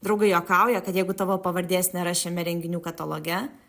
draugai juokauja kad jeigu tavo pavardės nėra šiame renginių kataloge